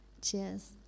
Cheers